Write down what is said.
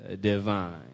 divine